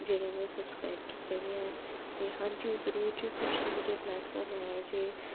जेह्ड़े में सब्सक्राइब कीते दे हैन ते हां जी में जरूर सोशलमीडिया पलैटफार्म ऐ जे